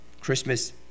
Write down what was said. christmas